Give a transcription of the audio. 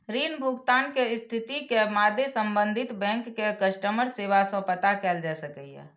ऋण भुगतान के स्थिति के मादे संबंधित बैंक के कस्टमर सेवा सं पता कैल जा सकैए